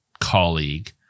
colleague